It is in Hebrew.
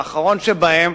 באחרון שבהם,